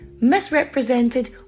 misrepresented